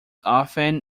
often